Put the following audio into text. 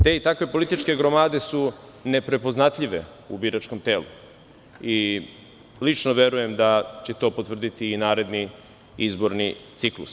Te i takve političke gromade su neprepoznatljive u biračkom telu i lično verujem da će to potvrditi i naredni izborni ciklus.